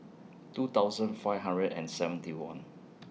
two thousand five hundred and seventy one